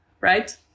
right